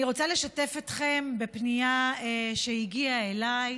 אני רוצה לשתף אתכם בפנייה שהגיעה אליי,